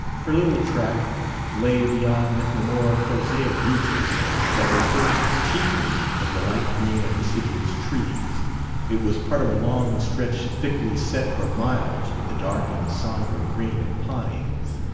her little tract lay beyond the more prosaic reaches that were furnished chiefly in the light green of deciduous trees it was part of a long stretch thickly set for miles with the dark and sombre green of pines.